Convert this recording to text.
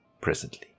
presently